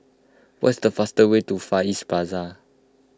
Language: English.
what is the fast way to Far East Plaza